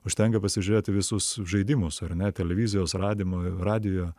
užtenka pasižiūrėt į visus žaidimus ar ne televizijos radimo radijo